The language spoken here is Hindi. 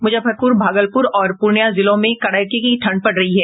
मुजफ्फरपुर भागलपुर और पूर्णिया जिलों में कड़ाके की ठंड पड़ रही है